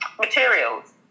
materials